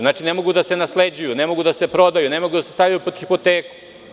Znači, ne mogu da se nasleđuju, ne mogu da se prodaju, ne mogu da se stave pod hipoteku.